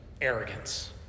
arrogance